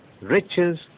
riches